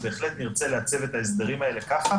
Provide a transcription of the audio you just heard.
בהחלט נרצה לעצב את ההסדרים האלה ככה